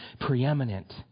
preeminent